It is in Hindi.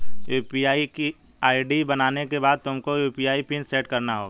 यू.पी.आई की आई.डी बनाने के बाद तुमको अपना यू.पी.आई पिन सैट करना होगा